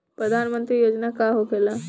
प्रधानमंत्री योजना का होखेला?